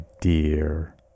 dear